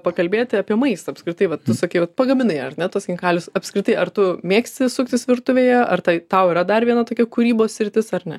pakalbėti apie maistą apskritai vat tu sakei vat pagaminai ar ne tuos chinkalius apskritai ar tu mėgsti suktis virtuvėje ar tai tau yra dar viena tokia kūrybos sritis ar ne